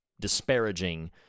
disparaging